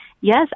yes